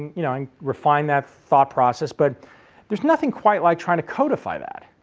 you know and refine that thought process', but there's nothing quite like trying to codify that.